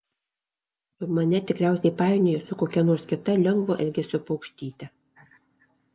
tu mane tikriausiai painioji su kokia nors kita lengvo elgesio paukštyte